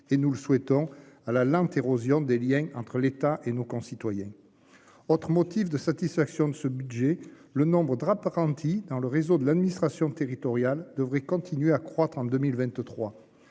et nous le souhaitons à la lente érosion des Liens entre l'État et nos concitoyens. Autre motif de satisfaction de ce budget le nombres draps Parentis dans le réseau de l'administration territoriale devrait continuer à croître en 2023.